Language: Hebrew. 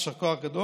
יישר כוח גדול,